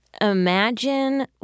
imagine